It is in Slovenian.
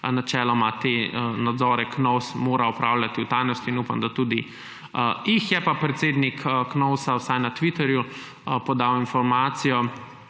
načeloma te nadzore KNOVS opravljati v tajnosti, in upam, da tudi jih. Je pa predsednik KNOVS vsaj na Twitterju podal informacijo,